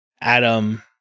Adam